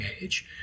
age